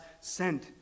sent